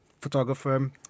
photographer